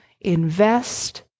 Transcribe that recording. invest